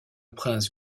prince